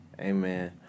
Amen